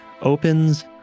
opens